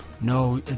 No